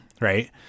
Right